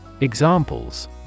Examples